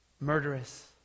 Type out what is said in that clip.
murderous